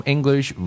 English